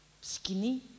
Skinny